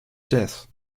death